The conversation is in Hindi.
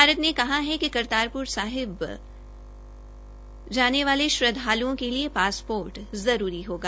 भारत ने कहा है कि करतारपुर साहिब जाने के लिए श्रद्वालुओं के लिए पासपोर्ट जरूरी होगा